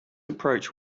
approach